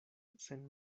sen